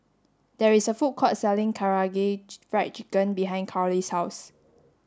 there is a food court selling Karaage Fried Chicken behind Karly's house